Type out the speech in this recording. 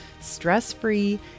stress-free